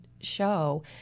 show